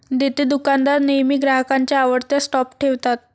देतेदुकानदार नेहमी ग्राहकांच्या आवडत्या स्टॉप ठेवतात